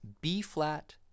B-flat